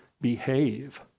behave